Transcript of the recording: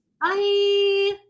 Bye